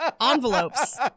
Envelopes